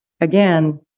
again